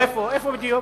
איפה, איפה בדיוק?